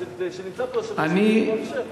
כשנמצא פה היושב-ראש הוא מאפשר.